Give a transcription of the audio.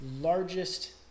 largest